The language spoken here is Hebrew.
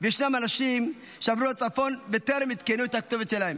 וישנם אנשים שעברו לצפון וטרם עדכנו את הכתובת שלהם.